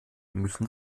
müssen